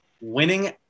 winning